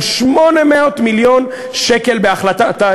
של 800 מיליון שקל בהחלטת,